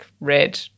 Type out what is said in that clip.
red